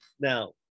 Now